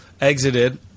exited